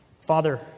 Father